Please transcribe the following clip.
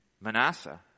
Manasseh